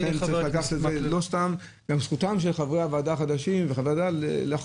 גם זכותם של חברי הוועדה לדבר על זה.